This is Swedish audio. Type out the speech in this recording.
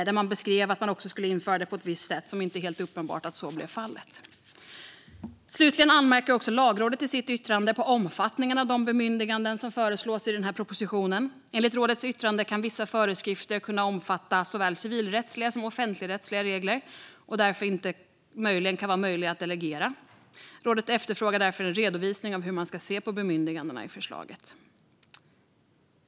Det beskrevs att det skulle införas på ett visst sätt, men det är inte helt uppenbart att så blev fallet. Också Lagrådet anmärker i sitt yttrande på omfattningen av de bemyndiganden som föreslås i propositionen. Enligt rådets yttrande kan vissa föreskrifter anses kunna omfatta såväl civilrättsliga som offentligrättsliga regler, och de är därför inte möjliga att delegera. Rådet efterfrågar därför en redovisning av hur man ska se på bemyndigandena i förslaget.